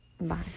Bye